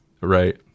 Right